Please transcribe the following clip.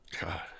god